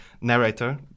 Narrator